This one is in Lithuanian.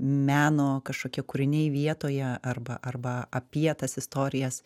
meno kažkokie kūriniai vietoje arba arba apie tas istorijas